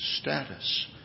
status